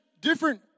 different